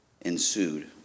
ensued